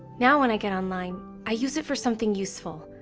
now when i get online, i use it for something useful.